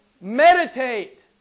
meditate